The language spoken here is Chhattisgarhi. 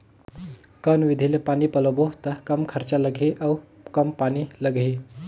कौन विधि ले पानी पलोबो त कम खरचा लगही अउ कम पानी लगही?